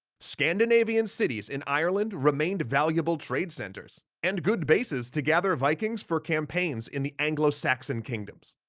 scandinavian cities in ireland remained valuable trade centres, and good bases to gather vikings for campaigns in the anglo-saxon kingdoms.